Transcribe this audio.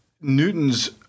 Newtons